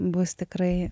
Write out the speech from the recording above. bus tikrai